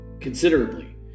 considerably